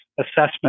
assessment